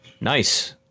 Nice